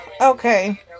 Okay